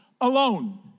alone